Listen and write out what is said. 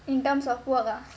in terms of work ah